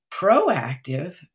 Proactive